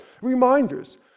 Reminders